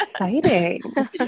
exciting